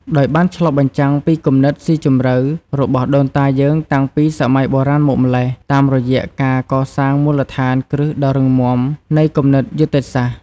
ដោយបានឆ្លុះបញ្ចាំងពីគំនិតស៊ីជម្រៅរបស់ដូនតាយើងតាំងពីសម័យបុរាណមកម្ល៉េះ តាមរយៈការកសាងមូលដ្ឋានគ្រឹះដ៏រឹងមាំនៃគំនិតយុទ្ធសាស្ត្រ។